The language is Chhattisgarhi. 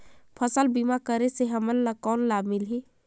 फसल बीमा करे से हमन ला कौन लाभ मिलही?